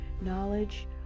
Knowledge